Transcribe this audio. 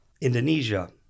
Indonesia